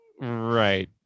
Right